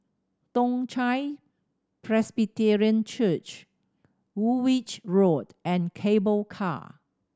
Toong Chai Presbyterian Church Woolwich Road and Cable Car